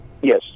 Yes